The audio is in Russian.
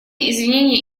извинения